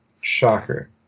Shocker